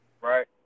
Right